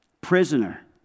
Prisoner